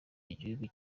igihugu